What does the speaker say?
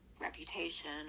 reputation